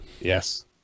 Yes